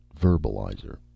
Verbalizer